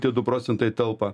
tie du procentai telpa